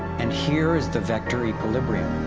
and here is the vector equilibrium,